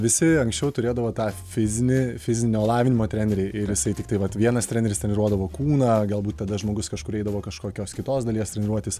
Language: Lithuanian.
visi anksčiau turėdavo tą fizinį fizinio lavinimo trenerį ir jisai tiktai vat vienas treneris treniruodavo kūną galbūt tada žmogus kažkur eidavo kažkokios kitos dalies treniruotis